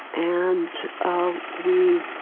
and ah we,